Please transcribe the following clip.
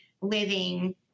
living